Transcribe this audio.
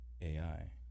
ai